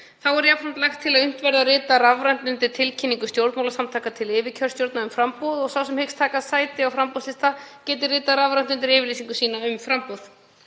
Þá er jafnframt lagt til að unnt verði að rita rafrænt undir tilkynningu stjórnmálasamtaka til yfirkjörstjórna um framboð og að sá sem hyggst taka sæti á framboðslista geti ritað rafrænt undir yfirlýsingu sína um framboð.